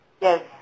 Yes